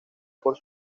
por